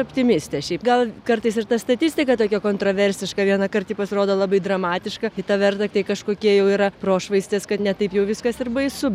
optimistė šiaip gal kartais ir ta statistika tokia kontroversiška vieną kart ji pasirodo labai dramatiška kita vert tai kažkokie jau yra prošvaistės kad ne taip jau viskas ir baisu